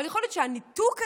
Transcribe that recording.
אבל יכול להיות שהניתוק הזה,